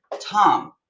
Tom